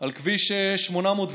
על כביש 804,